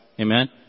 Amen